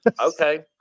Okay